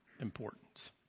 importance